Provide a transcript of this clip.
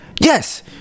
Yes